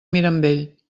mirambell